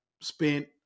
spent